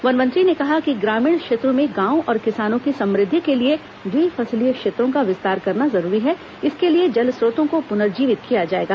one मंत्री ने कहा कि ग्रामीण क्षेत्रों में गांवों और किसानों की समृद्धि के लिए द्विफसलीय क्षेत्रों का विस्तार करना जरूरी है इसके लिए जल स्त्रोतों को पुर्नजीवित किया जाएगा